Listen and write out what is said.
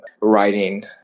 writing